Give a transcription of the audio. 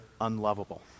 unlovable